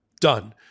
Done